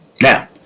Now